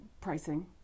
pricing